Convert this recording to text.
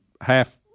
half